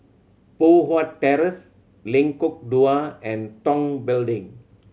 Poh Huat Terrace Lengkong Dua and Tong Building